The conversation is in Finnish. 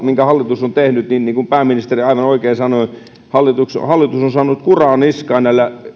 minkä hallitus on tehnyt niin niin kuin pääministeri aivan oikein sanoi hallitus on saanut kuraa niskaan